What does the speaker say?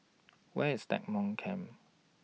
Where IS Stagmont Camp